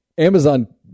Amazon